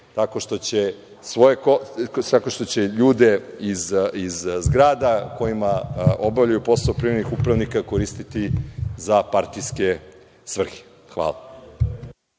tako što će ljude iz zgrada u kojima obavljaju posao privremenih upravnika koristiti za partijske svrhe. Hvala.